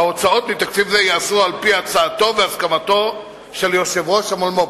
ההוצאות מתקציב זה ייעשו על-פי הצעתו והסכמתו של יושב-ראש המולמו"פ,